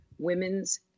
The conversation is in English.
women's